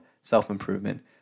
self-improvement